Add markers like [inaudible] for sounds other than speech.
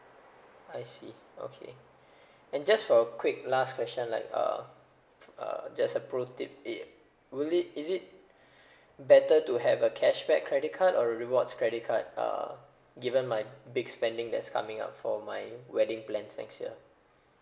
I see okay [breath] and just for a quick last question like uh [noise] uh there's a pro tip it will it is it [breath] better to have a cashback credit card or rewards credit card uh given my big spending that's coming up for my wedding plans next year